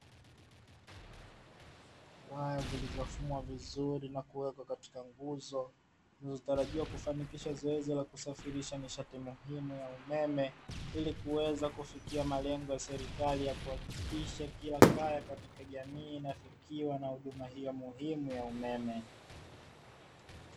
Waya zilizo fumwa vizuri na kuwekwa katika nguzo, zinazo tarajiwa kufanikisha zoezi la kusafirisha nishati nyingine ya umeme, ili kuweza kufikia malengo ya serikali ya kuhakikisha kila kaya katika jamii inafikiwa na huduma hiyo muhimu ya umeme.